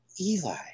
Eli